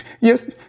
Yes